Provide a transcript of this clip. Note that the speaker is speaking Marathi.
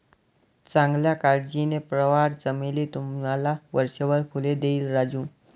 चांगल्या काळजीने, प्रवाळ चमेली तुम्हाला वर्षभर फुले देईल राजू